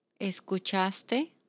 ¿Escuchaste